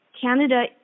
Canada